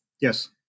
Yes